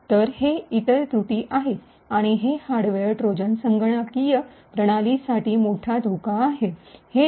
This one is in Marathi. तर हे इतर त्रुटी आहेत आणि हे हार्डवेअर ट्रोजन संगणकीय प्रणालींसाठी मोठा धोका आहे